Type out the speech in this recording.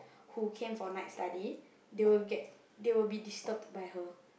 who came for night study they will get they will be disturbed by her